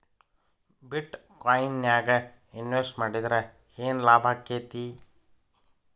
ಬಿಟ್ ಕೊಇನ್ ನ್ಯಾಗ್ ಇನ್ವೆಸ್ಟ್ ಮಾಡಿದ್ರ ಯೆನ್ ಲಾಭಾಕ್ಕೆತಿ?